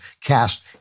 cast